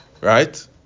right